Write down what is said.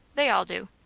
they all do.